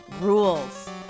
rules